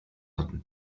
hatten